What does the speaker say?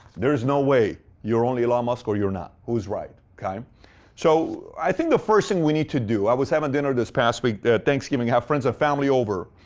there's no way you're only elon musk or you're not. who's right? kind of so i think the first thing we need to do, i was having dinner this past week, thanksgiving had friends and family over.